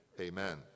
amen